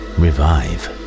revive